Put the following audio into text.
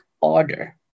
order